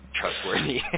trustworthy